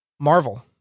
Marvel